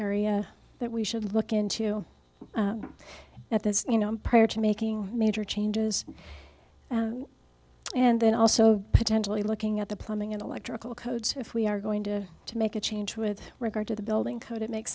area that we should look into at this you know prior to making major changes and then also potentially looking at the plumbing and electrical codes if we are going to to make a change with regard to the building code it makes